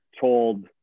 told